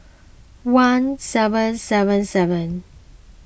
one seven seven seven